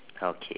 okay